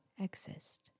exist